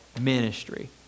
ministry